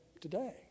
today